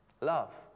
Love